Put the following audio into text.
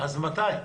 אז מתי?